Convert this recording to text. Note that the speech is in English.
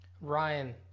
Ryan